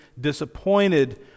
disappointed